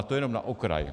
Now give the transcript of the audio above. To jenom na okraj.